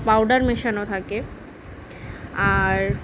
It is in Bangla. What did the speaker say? পাউডার মেশানো থাকে আর